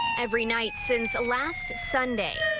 every night since last sunday.